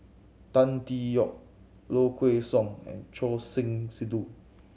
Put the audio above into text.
Tan Tee Yoke Low Kway Song and Choor Singh Sidhu